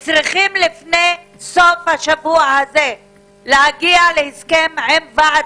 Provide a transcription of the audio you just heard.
הם צריכים לפני סוף השבוע הזה להגיע להסכם עם ועד